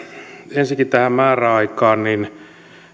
ensinnäkin tähän määräaikaan